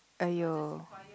!aiyo!